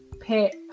pet